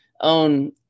own